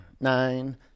nine